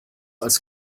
als